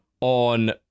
on